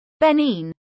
Benin